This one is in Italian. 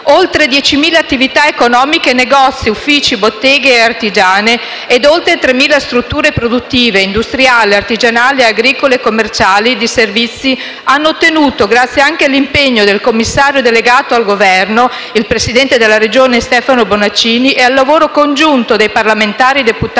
Oltre 10.000 attività economiche, negozi, uffici, botteghe artigiane ed oltre 3.000 strutture produttive industriali, artigianali, agricole, commerciali e di servizi hanno ottenuto, grazie anche all'impegno del commissario delegato dal Governo (il presidente della Regione Stefano Bonaccini) e al lavoro congiunto dei parlamentari (deputati